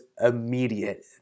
immediate